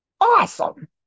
Awesome